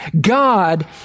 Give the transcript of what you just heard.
God